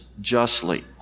justly